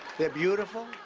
they're beautiful.